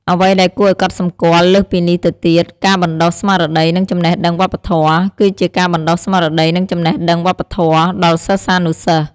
អ្វីដែលគួរអោយកត់សម្គាល់លើសពីនេះទៅទៀត ការបណ្ដុះស្មារតី និងចំណេះដឹងវប្បធម៌ គឺជាការបណ្ដុះស្មារតី និងចំណេះដឹងវប្បធម៌ ដល់សិស្សានុសិស្ស។